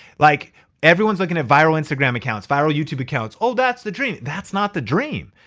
like everyone's looking at viral instagram accounts, viral youtube accounts, oh that's the dream. that's not the dream.